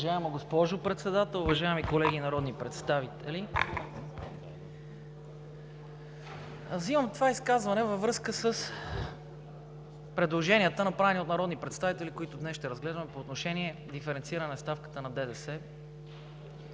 Уважаема госпожо Председател, уважаеми колеги народни представители! Вземам това изказване във връзка с предложенията, направени от народни представители, които днес ще разгледаме по отношение диференцираната ставка на ДДС,